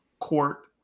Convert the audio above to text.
court